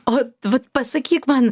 o vat pasakyk man